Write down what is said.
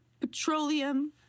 petroleum